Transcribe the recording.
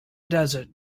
desert